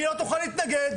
היא לא תוכל להתנגד,